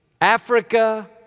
Africa